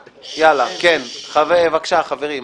בבקשה, חברים.